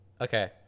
okay